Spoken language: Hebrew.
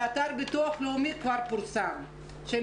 ובאתר הביטוח הלאומי זה כבר פורסם שהם